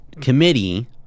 committee